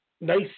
nice